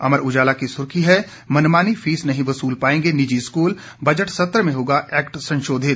अमर उजाला की सुर्खी हैं मनमानी फीस नहीं वसूल पाएंगे निजी स्कूल बजट सत्र में होगा एक्ट संशोधित